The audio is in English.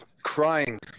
crying